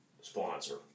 sponsor